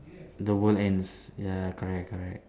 the world ends ya correct correct